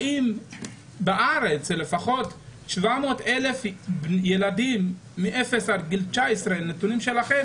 האם בארץ לפחות 700 אלף ילדים מגיל אפס עד 19 נתונים שלכם